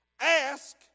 ask